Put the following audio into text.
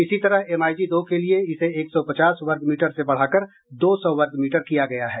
इसी तरह एमआईजी दो के लिये इसे एक सौ पचास वर्गमीटर से बढ़ाकर दो सौ वर्गमीटर किया गया है